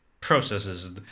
processes